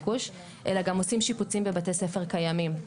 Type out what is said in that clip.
אלא גם עושים שיפוצים בבתי ספר קיימים,